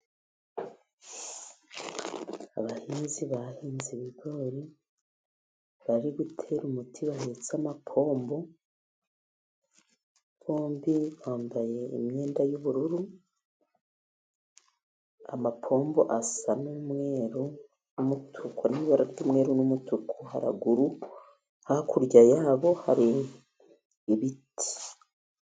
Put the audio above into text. Abahinzi bahinze ibigori bari gutera umuti bahetse amapombo. Bombi bambaye imyenda y'ubururu, amapombo asa n'umweru n'umutu, n'ibara ry'umweru n'umutuku. Haraguru hakurya yabo hari ibiti.